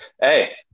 Hey